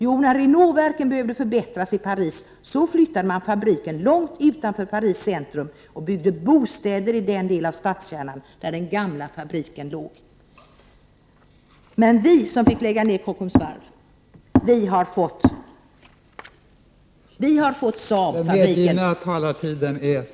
Jo, när det behövdes förbättringar vid Renaultverken i Paris flyttade man helt enkelt fabriken till ett område långt utanför Paris centrum. Istället byggde man bostäder i den del av stadskärnan där den gamla fabriken låg. Men vi i Malmö som har fått lägga ned Kockums varv har i stället fått en Saabfabrik!